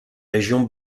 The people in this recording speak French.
régions